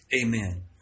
Amen